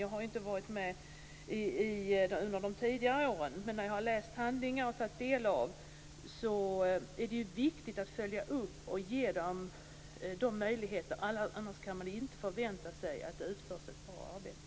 Jag har inte följt frågan under tidigare år, men jag har läst handlingarna och vet att det är viktigt att ge styrkan övningsmöjligheter. Annars kan man inte förvänta sig att det utförs ett bra arbete.